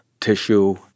tissue